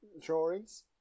drawings